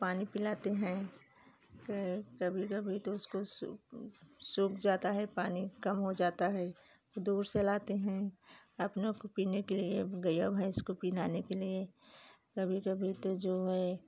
पानी पिलाते हैं फिर कभी कभी तो उसको सूख जाता है पानी कम हो जाता है तो दूर से लाते हैं अपनों को पीने के लिए गईया भैंस को पिलाने के लिए कभी कभी तो जो है